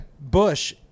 Bush